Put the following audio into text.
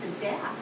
death